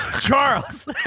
Charles